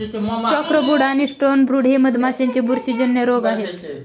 chalkbrood आणि stonebrood हे मधमाशांचे बुरशीजन्य रोग आहेत